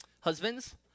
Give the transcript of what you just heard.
husbands